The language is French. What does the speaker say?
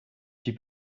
suis